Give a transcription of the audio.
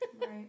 right